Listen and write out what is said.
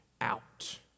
out